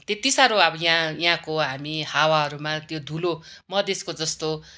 त्यतिसाह्रो अब यहाँ यहाँको हामी हावाहरूमा त्यो धुलो मधेसको जस्तो